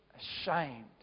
ashamed